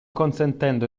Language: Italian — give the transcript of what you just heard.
consentendo